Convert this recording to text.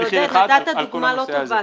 עודד, נתת דוגמה לא טובה.